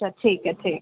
اچھا ٹھیک ہے ٹھیک